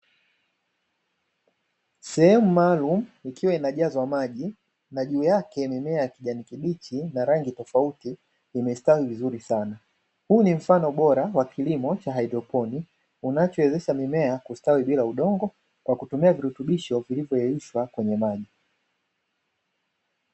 Sehem maalumu ikiwa inajazwa maji na juu yake mimea ya kijani kibichi ya rangi tofauti imestawi vizuri sana. Huu ni mfano bora wa kilimo cha haidroponi unachowezesha mimea kustawi bila udongo kwa kutumia virutubisho vilivoyeyushwa kwenye maji.